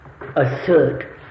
assert –